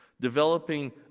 Developing